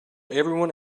everyone